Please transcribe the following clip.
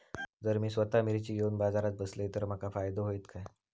जर मी स्वतः मिर्ची घेवून बाजारात बसलय तर माका फायदो होयत काय?